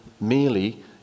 merely